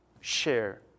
share